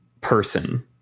person